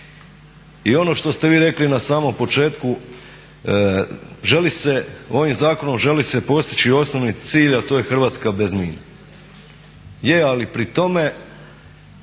I ono što ste vi rekli na samom početku, ovim zakonom želi se postići osnovni cilj a to je Hrvatska bez mina.